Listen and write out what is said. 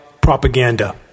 propaganda